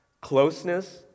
Closeness